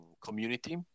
community